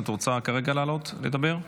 את רוצה כרגע לעלות לדבר?